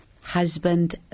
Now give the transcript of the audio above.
husband